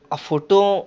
ఆ ఫొటో